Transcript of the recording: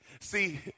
See